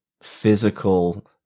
physical